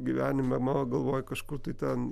gyvenime mano galvoj kažkur tai ten